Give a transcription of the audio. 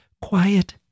quiet